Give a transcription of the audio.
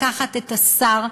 לקחת את השר,